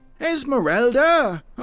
Esmeralda